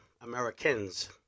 Americans